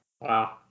Wow